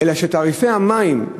תעריפי המים,